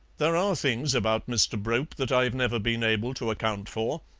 there are things about mr. brope that i've never been able to account for.